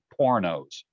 pornos